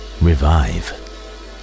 revive